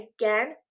again